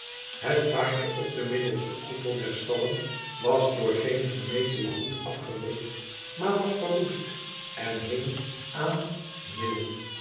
het vaantje op den middelsten koepel der stallen was door geen vermetele hand afgerukt maar was verroest en hing aan